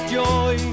joy